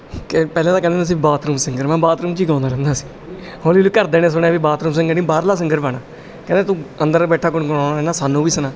ਕਿ ਪਹਿਲਾਂ ਤਾਂ ਕਹਿੰਦੇ ਹੁੰਦੇ ਸੀ ਬਾਥਰੂਮ ਸਿੰਗਰ ਮੈਂ ਬਾਥਰੂਮ 'ਚ ਹੀ ਗਾਉਂਦਾ ਰਹਿੰਦਾ ਸੀ ਹੌਲੀ ਹੌਲੀ ਘਰਦਿਆਂ ਨੇ ਸੁਣਿਆ ਵੀ ਬਾਥਰੂਮ ਸਿੰਗਰ ਨਹੀਂ ਬਾਹਰਲਾ ਸਿੰਗਰ ਬਣ ਕਹਿੰਦੇ ਤੂੰ ਅੰਦਰ ਬੈਠਾ ਗੁਣ ਗੁਣਾਉਂਦਾ ਰਹਿੰਦਾ ਸਾਨੂੰ ਵੀ ਸੁਣਾ